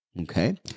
Okay